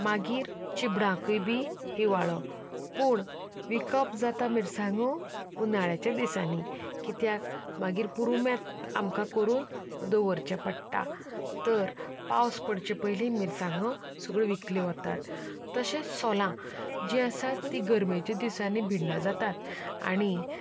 मागीर चिंबडांकूय बी हिंवाळो पूण विकप जाता मिरसांगो उनाळ्याच्या दिसांनी कित्याक मागीर पुरूमेंत आमकां करून दवरचें पडटा तर पावस पडचे पयलीं मिरसांगो सगळ्यो विकल्यो वतात तशेंच सोलां जीं आसात तीं गरमेच्या दिसांनी बिंडा जातात आनी